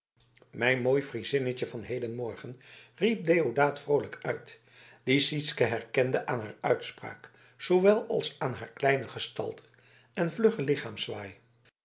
mijn mooi friezinnetje van hedenmorgen riep deodaat vroolijk uit die sytsken herkende aan haar uitspraak zoowel als aan haar kleine gestalte en vluggen